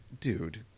dude